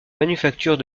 manufactures